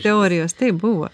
teorijos taip buvo